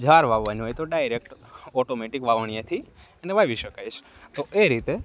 jar વાવાની હોય તો ડાયરેક ઓટોમેટિક વાવણીયાથી એને વાવી શકાય સે તો એ રીતે